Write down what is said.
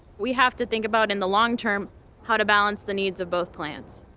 we have to think about in the long term how to balance the needs of both plants.